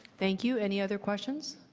thank you. any other questions?